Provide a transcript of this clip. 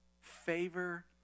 favor